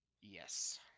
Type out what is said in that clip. Yes